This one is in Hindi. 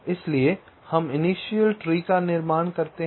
इसलिए हम इनिशियल ट्री का निर्माण करते हैं